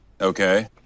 Okay